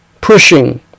pushing